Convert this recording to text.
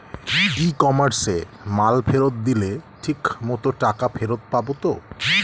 ই কমার্সে মাল ফেরত দিলে ঠিক মতো টাকা ফেরত পাব তো?